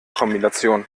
kombination